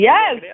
Yes